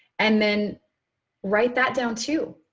and then write that down too.